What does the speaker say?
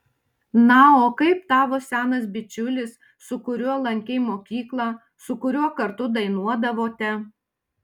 na o kaip tavo senas bičiulis su kuriuo lankei mokyklą su kuriuo kartu dainuodavote